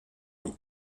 lui